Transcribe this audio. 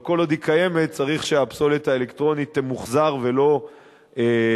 אבל כל עוד היא קיימת צריך שהפסולת האלקטרונית תמוחזר ולא תוטמן.